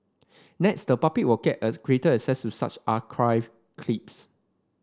next the public will get greater access to such archived clips